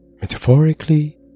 Metaphorically